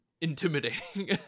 intimidating